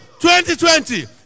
2020